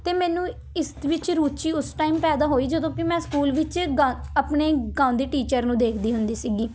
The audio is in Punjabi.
ਅਤੇ ਮੈਨੂੰ ਇਸਦੇ ਵਿੱਚ ਰੁਚੀ ਉਸ ਟਾਈਮ ਪੈਦਾ ਹੋਈ ਜਦੋਂ ਕਿ ਮੈਂ ਸਕੂਲ ਵਿੱਚ ਗਾ ਆਪਣੇ ਗਾਉਂਦੇ ਟੀਚਰ ਨੂੰ ਦੇਖਦੀ ਹੁੰਦੀ ਸੀਗੀ